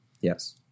Yes